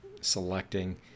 selecting